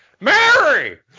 mary